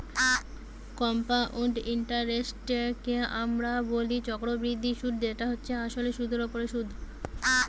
compound ইন্টারেস্টকে আমরা বলি চক্রবৃদ্ধি সুধ যেটা হচ্ছে আসলে সুধের ওপর সুধ